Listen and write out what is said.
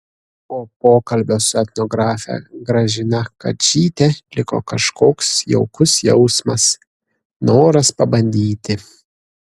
po pokalbio su etnografe gražina kadžyte liko kažkoks jaukus jausmas noras pabandyti